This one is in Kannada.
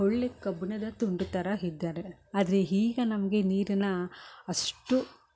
ಹೊಳ್ಳಿ ಕಬ್ಬಿಣದ ತುಂಡು ಥರ ಇದ್ದಾರೆ ಆದರೆ ಈಗ ನಮಗೆ ನೀರಿನ ಅಷ್ಟು